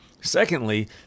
Secondly